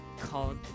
called